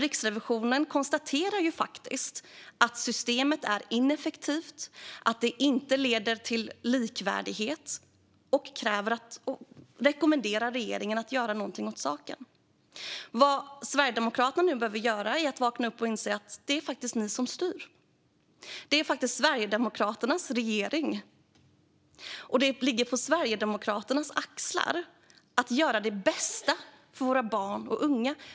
Riksrevisionen konstaterar faktiskt att systemet är ineffektivt och inte leder till likvärdighet och rekommenderar regeringen att göra något åt saken. Vad ni sverigedemokrater behöver göra är att vakna upp och inse att det är ni som styr. Det är faktiskt Sverigedemokraternas regering, och det ligger på Sverigedemokraternas axlar att göra det bästa för våra barn och unga.